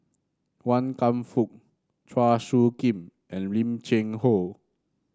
Wan Kam Fook Chua Soo Khim and Lim Cheng Hoe